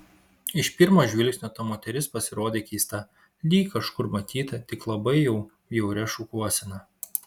iš pirmo žvilgsnio ta moteris pasirodė keista lyg kažkur matyta tik labai jau bjauria šukuosena